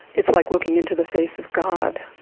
it's like looking into the face of god.